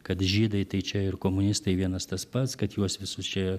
kad žydai tai čia ir komunistai vienas tas pats kad juos visus čia